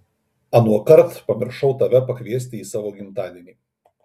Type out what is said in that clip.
anuokart pamiršau tave pakviesti į savo gimtadienį